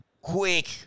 quick